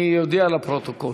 אני אודיע לפרוטוקול: